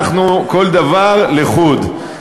אנחנו, כל דבר לחוד.